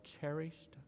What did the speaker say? cherished